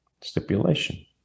Stipulation